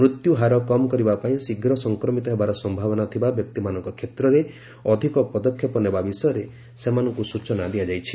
ମୃତ୍ୟୁ ହାର କମ୍ କରିବା ପାଇଁ ଶୀଘ୍ର ସଫକ୍ରମିତ ହେବାର ସମ୍ଭାବନା ଥିବା ବ୍ୟକ୍ତିମାନଙ୍କ କ୍ଷେତ୍ରରେ ଅଧିକ ପଦକ୍ଷେପ ନେବା ବିଷୟରେ ସେମାନଙ୍କୁ ସୂଚନା ଦିଆଯାଇଛି